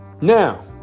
Now